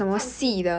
唱戏